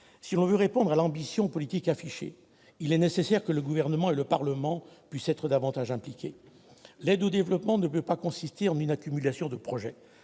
Si l'on veut répondre à l'ambition politique affichée, il est nécessaire que le Gouvernement et le Parlement puissent être davantage impliqués. L'aide au développement ne peut pas consister en une accumulation de projets,